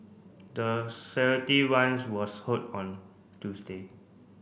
the run was hold on Tuesday